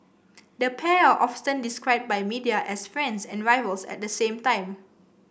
the pair are often described by media as friends and rivals at the same time